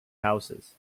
houses